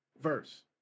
verse